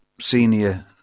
senior